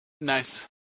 Nice